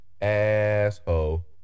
asshole